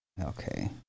okay